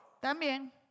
También